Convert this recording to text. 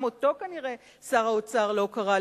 שגם אותו כנראה שר האוצר לא קרא,